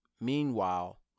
Meanwhile